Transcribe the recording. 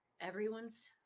everyone's